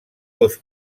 dos